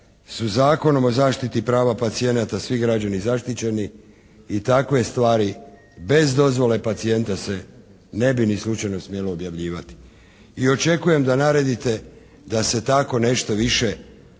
su Zakonom o zaštiti prava pacijenata svi građani zaštićeni i takve stvari bez dozvole pacijenta se ne bi ni slučajno smjelo objavljivati. I očekujem da naredite da se tako nešto ne